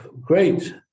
great